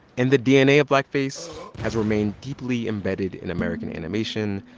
and the dna of blackface has remained deeply embedded in american animation.